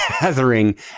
gathering